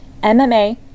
MMA